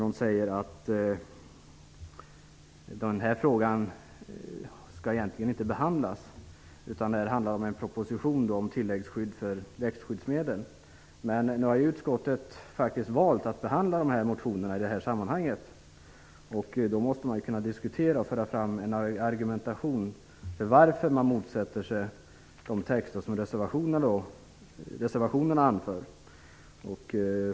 Hon sade att den frågan egentligen inte skulle behandlas nu utan att det här handlar om en proposition om tilläggsskydd för växtskyddsmedel. Men utskottet har ju faktiskt valt att behandla de här motionerna i det här sammanhanget, och då måste man ju kunna diskutera dem och föra fram argumenten för att man motsätter sig de skrivningar som föreslås i reservationerna.